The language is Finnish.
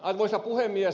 arvoisa puhemies